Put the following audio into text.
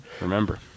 Remember